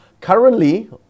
currently